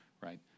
Right